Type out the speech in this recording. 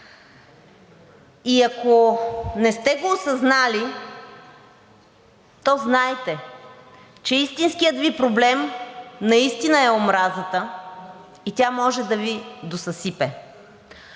И ако не сте го осъзнали, то знайте, че истинският Ви проблем наистина е омразата и тя може да Ви досъсипе.